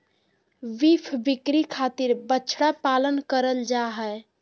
beef बिक्री खातिर बछड़ा पालन करल जा हय